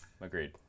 agreed